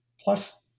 Plus